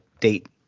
date